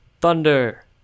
Thunder